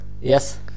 Yes